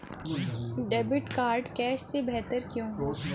Debit card cash से बेहतर क्यों है?